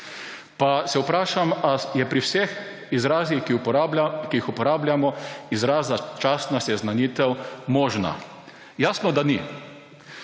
Pa se vprašam, ali je pri vseh izrazih, ki jih uporabljamo, začasna seznanitev možna. Jasno, da ni.